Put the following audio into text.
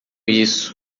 isso